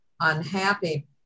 unhappy